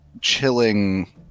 chilling